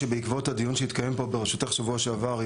שבעקבות הדיון שהתקיים פה בראשותך בשבוע שעבר,